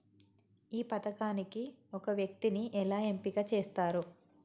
ఈ పథకానికి ఒక వ్యక్తిని ఎలా ఎంపిక చేస్తారు?